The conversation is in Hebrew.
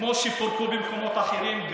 כמו שפורקו במקומות אחרים,